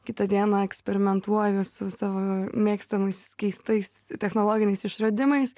kitą dieną eksperimentuoju su savo mėgstamais keistais technologiniais išradimais